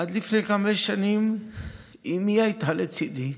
עד לפני חמש שנים אימי הייתה לצידי,